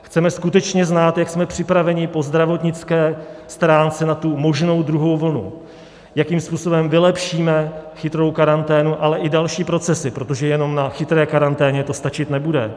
Chceme skutečně znát, jak jsme připraveni po zdravotnické stránce na tu možnou druhou vlnu, jakým způsobem vylepšíme chytrou karanténu, ale i další procesy, protože jenom na chytré karanténě to stačit nebude.